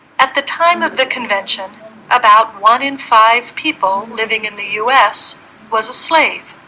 at? the time of the convention about one in five people living in the us was a slave